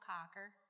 Cocker